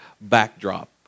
backdrop